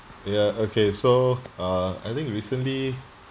ya okay so uh I think recently